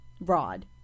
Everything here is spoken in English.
rod